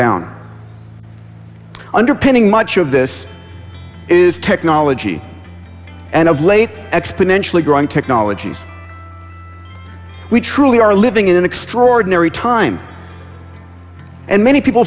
down underpinning much of this is technology and of late exponentially growing technologies we truly are living in an extraordinary time and many people